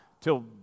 till